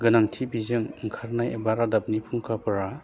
गोनांथि बिजों ओंखारनाय एबा रादाबनि फुंखाफ्रा